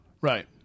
Right